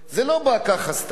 זה לא בא ככה סתם.